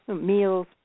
Meals